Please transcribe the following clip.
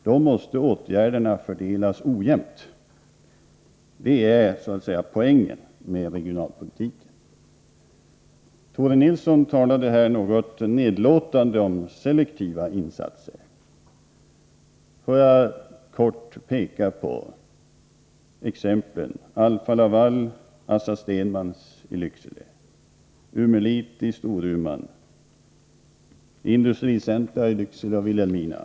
Herr talman! Regionalpolitiken har i den allmänna debatten blivit ett något slitet begrepp. Med åren har man kommit att kräva regionalpolitiskt motiverade insatser som botemedel mot allehanda svårigheter. Man har krävt regionalpolitiska insatser till snart sagt alla delar av landet. Låt mig säga att jag tycker att det har varit en tendens, framför allt under de borgerliga regeringsåren, till en alltför jämn utbredning av insatser av detta slag. Vill man åstadkomma en utjämning, måste åtgärderna fördelas ojämnt — det är så att säga poängen med regionalpolitiken. Tore Nilsson talade något nedlåtande om selektiva insatser.